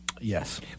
Yes